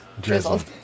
Drizzled